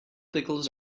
pickles